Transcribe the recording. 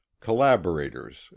collaborators